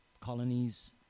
colonies